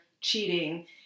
cheating